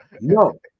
No